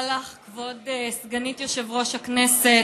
תודה לך, כבוד סגנית יושב-ראש הכנסת.